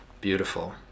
beautiful